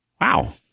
Wow